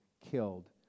killed